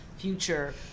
future